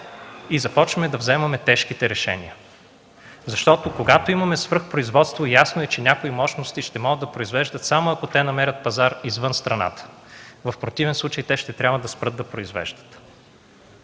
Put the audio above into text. и започваме да вземаме тежките решения. Когато имаме свръхпроизводство, е ясно, че някои мощности ще могат да произвеждат, само ако те намерят пазар извън страната. В противен случай те ще трябва да спрат да произвеждат.